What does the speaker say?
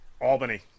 Albany